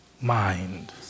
mind